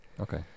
Okay